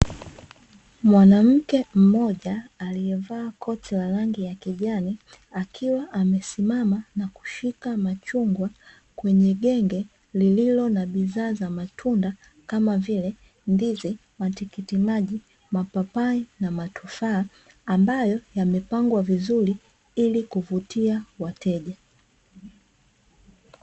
Mwanamke mmoja aliyevaa koti la rangi ya kijani, akiwa amesimama na kushika machungwa kwenye genge lililo na bidhaa za matunda, kama vile: ndizi, matikiti maji, mapapai na matofaa, ambayo yamepagwa vizuri ili kuvutia wateja.